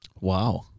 Wow